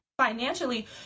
financially